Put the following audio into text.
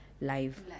live